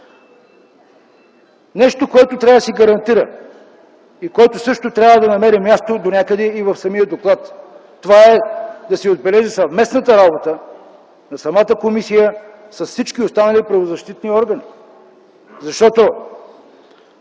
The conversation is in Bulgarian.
Нещо, което трябва да се гарантира и което също да намери място и в самия доклад – да се отбележи съвместната работа на самата комисия с всички останали правозащитни органи. Има